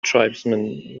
tribesman